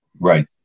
right